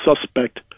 suspect